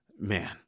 man